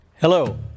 Hello